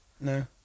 No